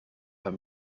van